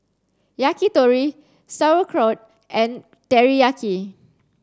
Yakitori Sauerkraut and Teriyaki